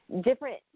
different